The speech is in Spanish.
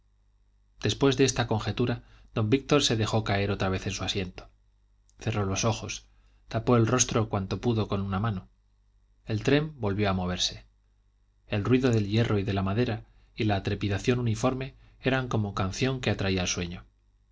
después de esta conjetura don víctor se dejó caer otra vez en su asiento cerró los ojos tapó el rostro cuanto pudo con una mano el tren volvió a moverse el ruido del hierro y de la madera y la trepidación uniforme eran como canción que atraía el sueño